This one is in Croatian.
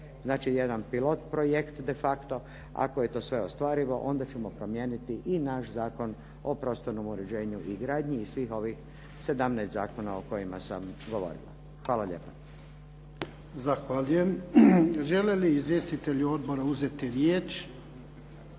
znači jedan pilot projekt defacto ako je to sve ostvarivo onda ćemo promijeniti i naš Zakon o prostornom uređenju i gradnji i svih ovih 17 zakona o kojima sam govorila. Hvala lijepa. **Jarnjak, Ivan (HDZ)** Zahvaljujem. Žele li izvjestitelji odbora uzeti riječ?